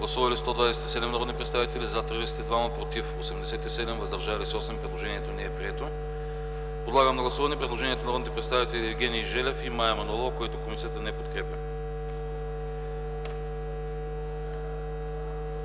Гласували 127 народни представители: за 32, против 87, въздържали се 8. Предложението не е прието. Подлагам на гласуване предложението на народните представители Евгений Желев и Мая Манолова, което комисията не подкрепя.